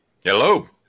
Hello